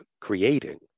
creating